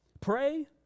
Pray